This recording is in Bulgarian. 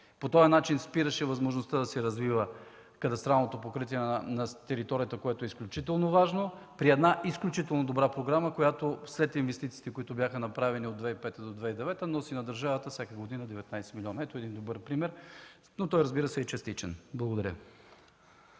По този начин спираше възможността да се развива кадастралното покритие на територията, което е изключително важно, при една изключително добра програма – след направените инвестиции между 2005 и 2009 г. тя носи на държавата всяка година 19 млн. лв. Това е добър пример, но той, разбира се, е и частичен. Благодаря